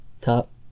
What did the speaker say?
top